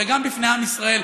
גזלתם ממני.